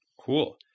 Cool